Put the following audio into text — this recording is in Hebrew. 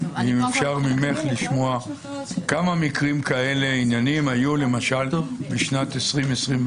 האם אפשר לשמוע ממך כמה מקרים כאלה היו למשל בשנת 2021?